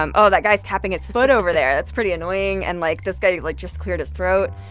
um oh, that guy's tapping his foot over there. that's pretty annoying. and, like, this guy, like, just cleared his throat.